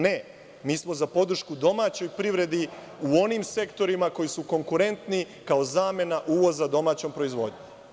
Ne, mi smo za podršku domaćoj privredi u onim sektorima koji su konkurentni kao zamena uvoza domaćom proizvodnjom.